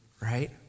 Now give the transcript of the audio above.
right